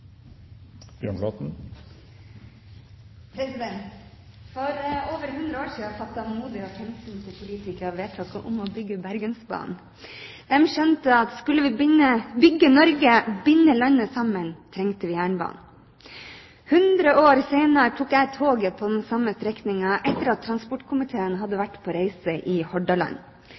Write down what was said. debatten. For over 100 år siden fattet modige og framsynte politikere vedtaket om å bygge Bergensbanen. De skjønte at skulle vi bygge Norge og binde landet sammen, trengte vi jernbanen. 100 år senere tok jeg toget på den samme strekningen, etter at transportkomiteen hadde vært på reise i Hordaland.